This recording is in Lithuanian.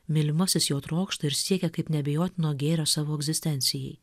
mylimasis jo trokšta ir siekia kaip neabejotino gėrio savo egzistencijai